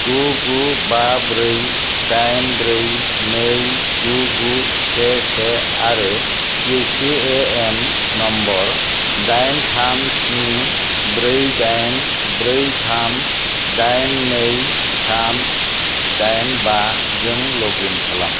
गु गु बा ब्रै दाइन ब्रै नै गु गु से से आरो इउपिएएन नम्बर दाइन थाम स्नि ब्रै दाइन ब्रै थाम दाइन नै थाम दाइन बा जों लगइन खालाम